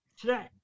today